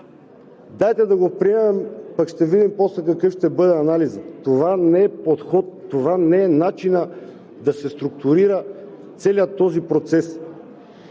„дайте да го приемем, пък ще видим после какъв ще бъде анализът“. Това не е подход, това не е начинът да се структурира целият този процес.